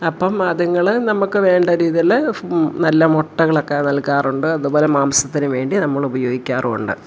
അപ്പം അതിങ്ങൾ നമുക്ക് വേണ്ട രീതീൽ ഫ് നല്ല മുട്ടകളൊക്കെ നൽകാറുണ്ട് അതുപോലെ മാംസത്തിന് വേണ്ടി നമ്മൾ ഉപയോഗിക്കാറുമുണ്ട്